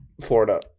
Florida